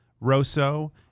Rosso